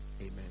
Amen